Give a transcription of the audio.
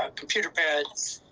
ah computer pads.